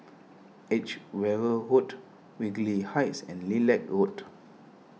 Edgeware Road Whitley Heights and Lilac Road